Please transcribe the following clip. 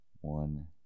one